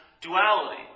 duality